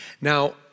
Now